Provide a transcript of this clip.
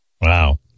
wow